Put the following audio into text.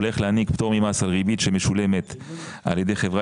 פטור ממס על ריבית שמשולמת על ידי חברה